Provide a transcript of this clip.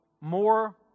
more